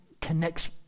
connects